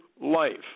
life